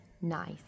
NICE